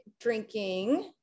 drinking